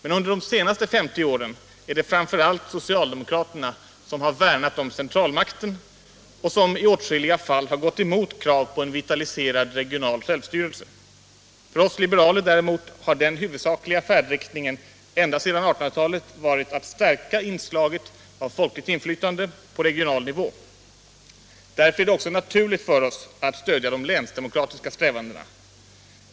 Men under de senaste 50 åren är det framför allt socialdemokraterna som har värnat om centralmakten och som i åtskilliga fall har gått emot krav på en vitaliserad regional självstyrelse. För oss liberaler däremot har den huvudsakliga färdriktningen ända sedan 1800-talet varit att stärka inslaget av folkligt inflytande på regional nivå. Därför är det också naturligt för oss att stödja de länsdemokratiska strävandena.